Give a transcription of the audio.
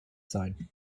sein